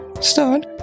Start